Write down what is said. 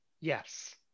Yes